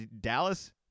Dallas